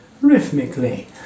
rhythmically